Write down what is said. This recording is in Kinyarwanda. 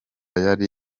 yari